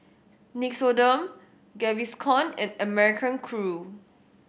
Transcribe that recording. Nixoderm Gaviscon and American Crew